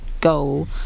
goal